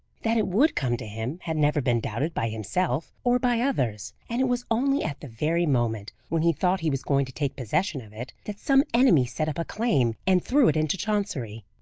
that it would come to him, had never been doubted by himself or by others and it was only at the very moment when he thought he was going to take possession of it, that some enemy set up a claim and threw it into chancery.